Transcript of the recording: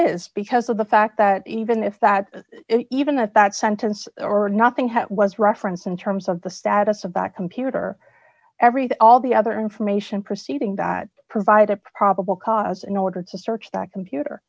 is because of the fact that even if that even that that sentence or nothing what is referenced in terms of the status of that computer everything all the other information proceeding that provide a probable cause in order to search back computer